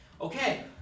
Okay